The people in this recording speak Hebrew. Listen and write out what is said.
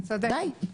- די.